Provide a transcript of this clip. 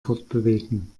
fortbewegen